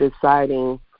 deciding